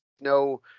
no